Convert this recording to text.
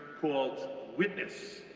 called witness,